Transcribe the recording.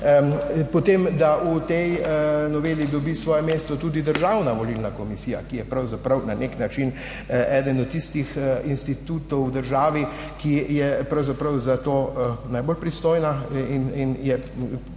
Potem da v tej noveli dobi svoje mesto tudi Državna volilna komisija, ki je pravzaprav na nek način eden od tistih institutov v državi, ki so za to najbolj pristojni, in ponuja